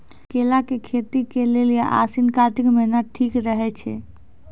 केला के खेती के लेली आसिन कातिक महीना ठीक रहै छै